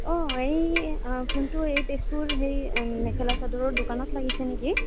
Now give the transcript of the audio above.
অঁ এই অঁ ফোনটো এই তেজপুৰৰ সেই মেখেলা চাদৰৰ দোকানত লাগিছে নেকি